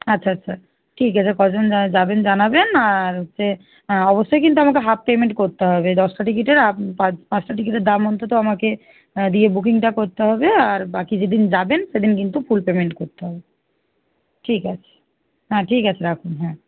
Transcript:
আচ্ছা আচ্ছা ঠিক আছে ক জন যা যাবেন জানাবেন আর হচ্ছে অবশ্যই কিন্তু আমাকে হাফ পেমেন্ট করতে হবে দশটা টিকিটের আপ পা পাঁচটা টিকিটের দাম অন্তত আমাকে দিয়ে বুকিংটা করতে হবে আর বাকি যেদিন যাবেন সেদিন কিন্তু ফুল পেমেন্ট করতে হবে ঠিক আছে হ্যাঁ ঠিক আছে রাখুন হ্যাঁ